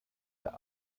der